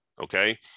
okay